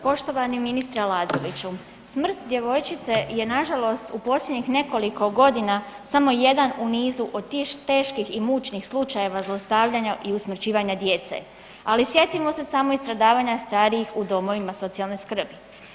Poštovani ministre Aladroviću, smrt djevojčice je nažalost u posljednjih nekoliko godina samo jedan u nizu od tih teških i mučnih slučajeva zlostavljanja i usmrćivanja djece ali sjetimo se samo i stradavanja starijih u domovima socijalne skrbi.